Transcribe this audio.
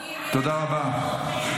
תודה רבה.